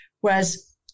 whereas